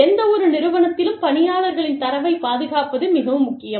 எந்தவொரு நிறுவனத்திலும் பணியாளர்களின் தரவைப் பாதுகாப்பது மிகவும் முக்கியம்